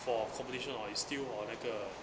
for competition hor is still orh 那个